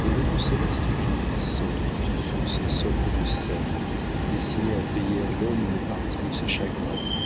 des rayons célestes jaillissent sans doute sur ces sortes de scènes destinées à payer à l'homme une partie de ses chagrins